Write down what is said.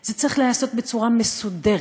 זה צריך להיעשות בצורה מסודרת.